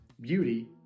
Beauty